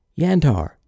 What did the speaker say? Yantar